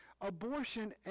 Abortion